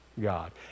God